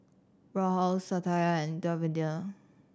Rahul Satya and Davinder